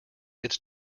its